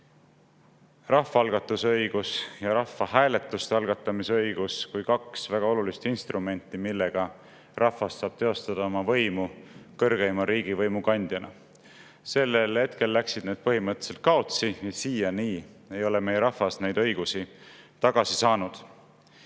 rahvaalgatuse õigus ja rahvahääletuste algatamise õigus kui kaks väga olulist instrumenti, millega rahvas saab teostada oma võimu kõrgeima riigivõimu kandjana. Sellel hetkel läksid need põhimõtteliselt kaotsi. Siiani ei ole meie rahvas neid õigusi tagasi saanud.